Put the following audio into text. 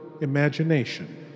imagination